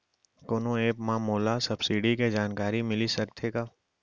कोनो एप मा मोला सब्सिडी के जानकारी मिलिस सकत हे का?